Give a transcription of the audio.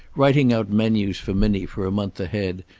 writing out menus for minnie for a month ahead,